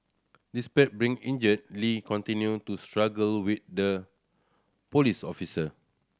despite being injured Lee continued to struggle with the police officer